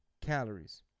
calories